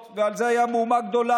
במאבטחים,